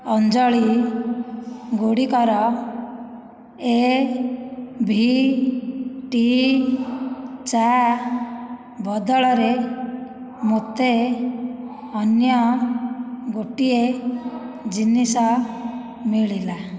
ଅଞ୍ଜଳି ଗୁଡ଼ିକର A V T ଚା' ବଦଳରେ ମୋତେ ଅନ୍ୟ ଗୋଟିଏ ଜିନିଷ ମିଳିଲା